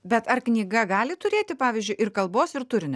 bet ar knyga gali turėti pavyzdžiui ir kalbos ir turinio